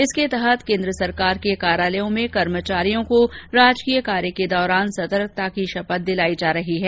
इसके तहत केन्द्र सरकार के कार्यालयों में कर्मचारियों को राजकीय कार्य के दौरान सतर्कता की शपथ दिलाई जा रही है